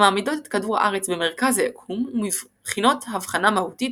המעמידות את כדור הארץ במרכז היקום ומבחינות הבחנה מהותית